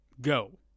go